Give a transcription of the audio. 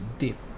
deep